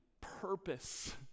purpose